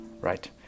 Right